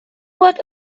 what